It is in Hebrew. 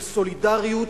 של סולידריות,